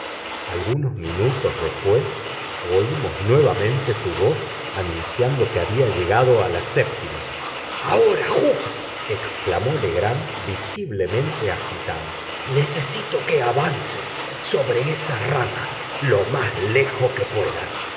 algunos minutos después oímos nuevamente su voz anunciando que había llegado a la séptima ahora jup exclamó legrand visiblemente agitado necesito que avances sobre esa rama lo más lejos que puedas